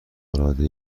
العاده